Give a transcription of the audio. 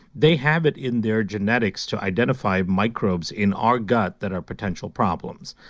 they have it in their genetics to identify microbes in our gut that are potential problems.